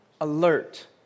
alert